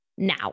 now